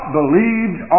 believed